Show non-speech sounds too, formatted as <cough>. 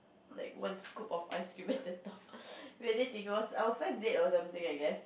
like one scoop of ice cream at the top <laughs> <laughs> it was the first date or something I guess